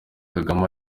kagame